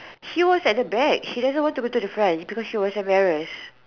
she was at the back she didn't want to be at the front because she was embarrassed